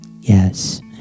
Yes